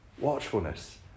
Watchfulness